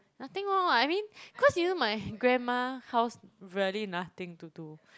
nothing lor I mean cause you know my grandma house really nothing to do